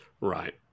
Right